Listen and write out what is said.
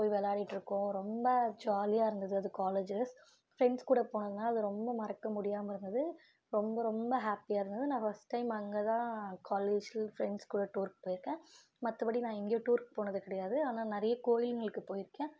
போய் விளாடிட்ருக்கோம் ரொம்ப ஜாலியாக இருந்தது அதுவும் காலேஜில ஃபிரெண்ட்ஸ் கூட போனதனால அது ரொம்ப மறக்க முடியாமல் இருந்தது ரொம்ப ரொம்ப ஹேப்பியாக இருந்தது நான் ஃபஸ்ட் டைம் அங்கேதான் காலேஜில் ஃபிரெண்ட்ஸ் கூட டூர் போயிருக்கேன் மற்றபடி நான் எங்கேயும் டூருக்கு போனது கிடையாது ஆனால் நிறைய கோயிலுகளுக்கு போயிருக்கேன்